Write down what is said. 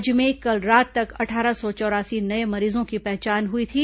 राज्य में कल रात तक अट्ठारह सौ चौरासी नये मरीजों की पहचान हुई थी